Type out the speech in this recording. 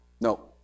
No